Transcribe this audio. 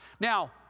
Now